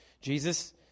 Jesus